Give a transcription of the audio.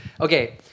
Okay